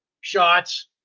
shots